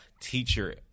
teacher